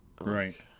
right